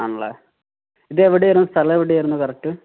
ആണല്ലെ ഇതെവിടെയായിരുന്നു സ്ഥലം എവിടെയായിരുന്നു കറക്ട്